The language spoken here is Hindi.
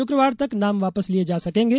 शुक्रवार तक नाम वापस लिए जा सकेंगे